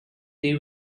they